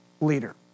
Leader